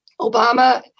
Obama